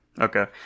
Okay